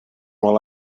while